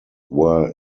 were